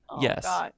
yes